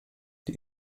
die